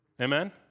Amen